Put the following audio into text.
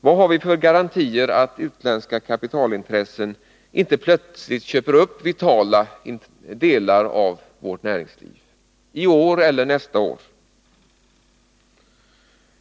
Vad har vi för garantier för att utländska kapitalintressen inte plötsligt köper upp vitala delar av vårt näringsliv — i år eller nästa år?